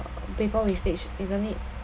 paper wastage isn't it